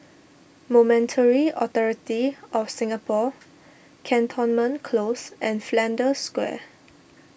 Monetary Authority of Singapore Cantonment Close and Flanders Square